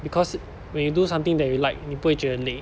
because when you do something that you like 你不会觉得累